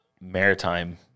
maritime